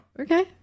Okay